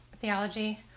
theology